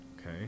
okay